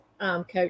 coach